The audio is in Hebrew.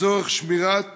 לצורך שמירת